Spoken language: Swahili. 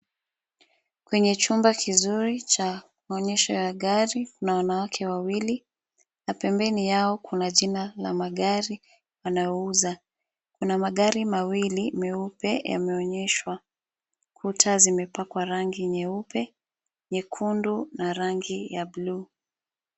Kwenye chumba kizuri cha maonyesho ya gari kuna wanawake wawili na pembeni yao kuna jina la magari wanayouza. Kuna magari mawili meupe yameoneshwa. Kuta zimepakwa rangi nyeupe, nyekundu na rangi ya bluu.